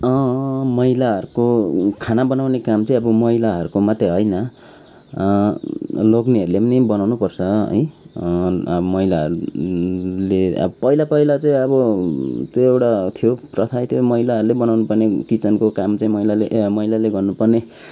महिलाहरको खाना बनाउने काम चाहिँ अब महिलाहरको मात्रै होइन लोग्नेहरूले पनि बनउनु पर्छ है अब महिलाहरूले अब पहिला पहिला चाहिँ अब त्यो एउटा थियो प्रथा थियो महिलाहरूले बनाउनु पर्ने किचनको काम चाहिँ महिलाले ए महिलाले गर्नु पर्ने